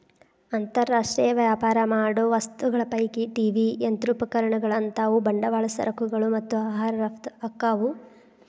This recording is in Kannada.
ಅಂತರ್ ರಾಷ್ಟ್ರೇಯ ವ್ಯಾಪಾರ ಮಾಡೋ ವಸ್ತುಗಳ ಪೈಕಿ ಟಿ.ವಿ ಯಂತ್ರೋಪಕರಣಗಳಂತಾವು ಬಂಡವಾಳ ಸರಕುಗಳು ಮತ್ತ ಆಹಾರ ರಫ್ತ ಆಕ್ಕಾವು